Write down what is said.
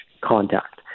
contact